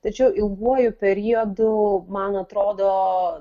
tačiau ilguoju periodu man atrodo